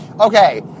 Okay